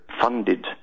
funded